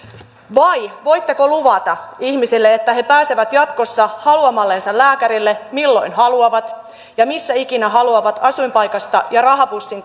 vai voitteko luvata ihmisille että he he pääsevät jatkossa haluamallensa lääkärille milloin haluavat ja missä ikinä haluavat asuinpaikasta ja rahapussin